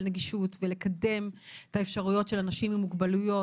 נגישות ולקדם את האפשרויות של אנשים עם מוגבלויות.